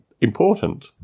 important